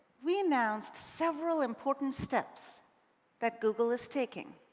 we announced several important steps that google is taking